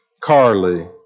Carly